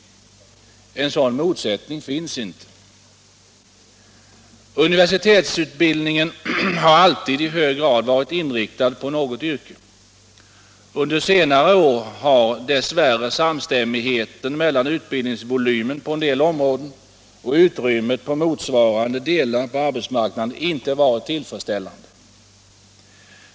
Någon sådan motsättning finns inte. Universitetsutbildningen har alltid i hög grad varit inriktad på något yrke. Under senare år har dess värre samstämmigheten mellan utbildningsvolymen på en del områden och utrymmet på motsvarande delar på arbetsmarknaden inte varit tillfredsställande.